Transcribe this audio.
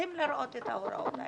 רוצים לראות את ההוראות האלה.